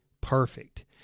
perfect